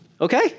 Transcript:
okay